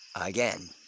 again